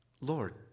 Lord